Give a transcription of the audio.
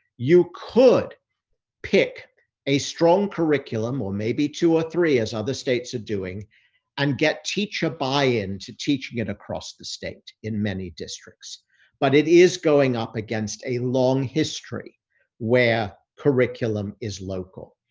you could pick a strong curriculum or maybe two or three as other states are doing and get teacher buy in to teaching it across the state in many districts but it is going up against a long history where curriculum is local.